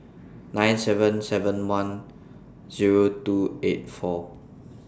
nine seven seven one Zero two eight four